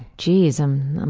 jeez, um i'm.